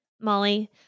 Molly